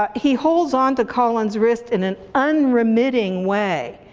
um he holds onto colin's wrist in an unremitting way.